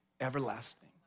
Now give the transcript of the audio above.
everlasting